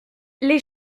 les